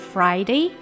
Friday